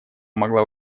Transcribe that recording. могла